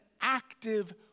active